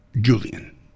Julian